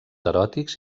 eròtics